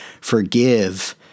forgive